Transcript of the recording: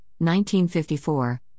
1954